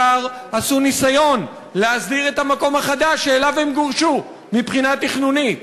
עשו ניסיון להסדיר את המקום החדש שאליו הם גורשו מבחינה תכנונית.